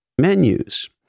menus